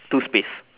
to space